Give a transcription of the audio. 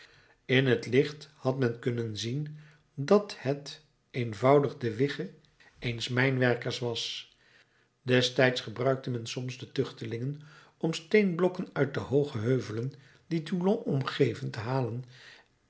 in het licht had men kunnen zien dat het eenvoudig de wigge eens mijnwerkers was destijds gebruikte men soms de tuchtelingen om steenblokken uit de hooge heuvelen die toulon omgeven te halen